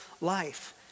life